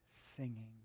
singing